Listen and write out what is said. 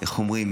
איך אומרים,